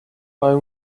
قایم